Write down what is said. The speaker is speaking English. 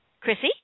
Chrissy